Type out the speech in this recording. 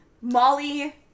Molly